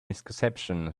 misconception